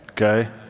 okay